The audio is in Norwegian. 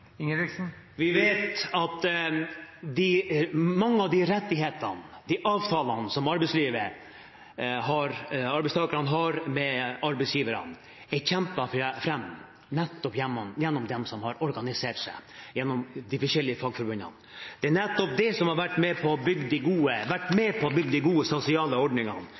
Vi vet at mange av rettighetene og avtalene som arbeidstakerne har med arbeidsgiverne, er kjempet fram nettopp av dem som har organisert seg gjennom de forskjellige fagforbundene. Det er nettopp det som har vært med på å bygge de gode sosiale ordningene i samfunnet vårt. Derfor ønsker vi at de